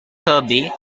kirby